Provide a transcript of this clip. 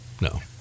No